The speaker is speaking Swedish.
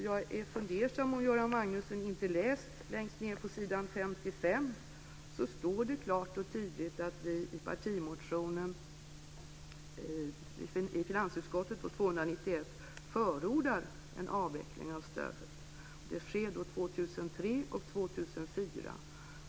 Jag är fundersam om Göran Magnusson inte har läst längst ned på s. 55, där det står klart och tydligt att vi i partimotionen Fi291 förordar en avveckling av stödet. Det sker 2003 och 2004.